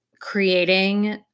creating